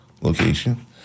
location